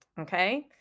Okay